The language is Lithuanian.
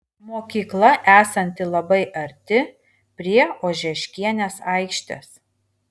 mokykla esanti labai arti prie ožeškienės aikštės